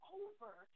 over